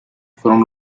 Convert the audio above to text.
fueron